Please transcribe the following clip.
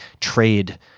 trade